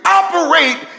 operate